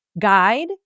guide